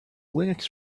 linux